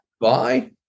Bye